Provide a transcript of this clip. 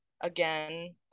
again